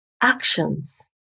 actions